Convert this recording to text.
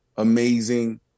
Amazing